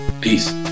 Peace